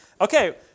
Okay